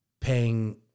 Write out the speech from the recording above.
paying